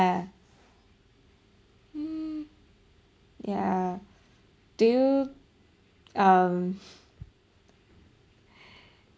um yeah do you um